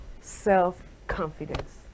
self-confidence